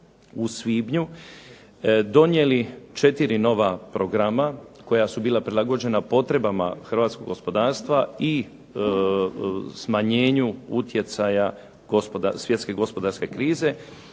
u svibnju donijeli 4 nova programa koja su bila prilagođena potrebama hrvatskog gospodarstva i smanjenju utjecaja svjetske gospodarske krize.